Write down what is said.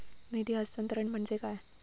निधी हस्तांतरण म्हणजे काय?